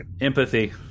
Empathy